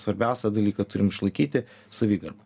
svarbiausią dalyką turim išlaikyti savigarbą